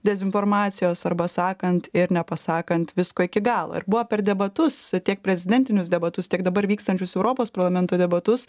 dezinformacijos arba sakant ir nepasakant visko iki galo ir buvo per debatus tiek prezidentinius debatus tiek dabar vykstančius europos parlamento debatus